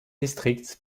district